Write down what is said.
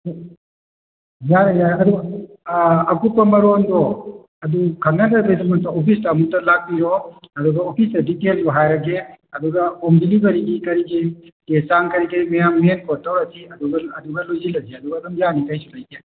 ꯌꯥꯏ ꯌꯥꯏ ꯑꯗꯣ ꯑꯀꯨꯞꯄ ꯃꯔꯣꯟꯗꯣ ꯑꯗꯨ ꯈꯪꯅꯅꯕꯒꯤꯗꯃꯛꯇꯥ ꯑꯣꯐꯤꯁꯇ ꯑꯃꯇ ꯂꯥꯛꯄꯤꯔꯣ ꯑꯗꯨꯒ ꯑꯣꯐꯤꯁꯇ ꯗꯤꯇꯦꯜꯗꯨ ꯍꯥꯏꯔꯒꯦ ꯑꯗꯨꯒ ꯍꯣꯝ ꯗꯤꯂꯤꯚꯔꯤꯒꯤ ꯀꯔꯤꯒꯤ ꯆꯦ ꯆꯥꯡ ꯀꯔꯤ ꯀꯔꯤ ꯃꯌꯥꯝ ꯃꯦꯟ ꯈꯣꯠ ꯇꯧꯔꯁꯤ ꯑꯗꯨꯒ ꯑꯗꯨꯒ ꯂꯣꯏꯁꯤꯜꯂꯁꯤ ꯑꯗꯨꯒ ꯑꯗꯨꯝ ꯌꯥꯅꯤ ꯀꯩꯁꯨ ꯂꯩꯇꯦ